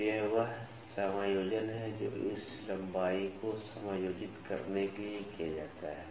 तो यह वह समायोजन है जो इस लंबाई को समायोजित करने के लिए किया जाता है